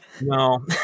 no